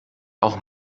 auch